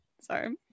sorry